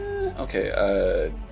Okay